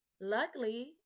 luckily